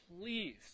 please